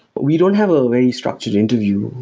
but we don't have a very structured interview.